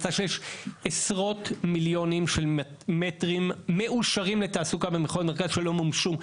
מתי שיש עשרות מיליונים של מטרים מאושרים לתעסוקה במחוז מרכז שלא מומשו.